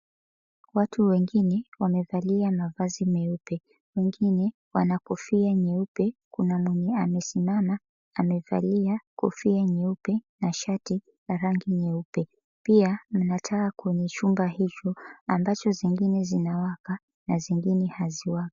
Watu wengine wamevalia mavazi meupe. Wengine wana kofia nyeupe, kuna mwenye amesimama amevalia kofia nyeupe, na shati ya rangi nyeupe. Pia mna taa kwenye chumba hicho, ambacho zingine zinawaka na zingine haziwaki.